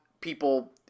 people